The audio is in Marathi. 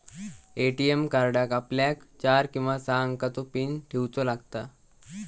ए.टी.एम कार्डाक आपल्याक चार किंवा सहा अंकाचो पीन ठेऊचो लागता